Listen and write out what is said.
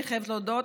אני חייבת להודות,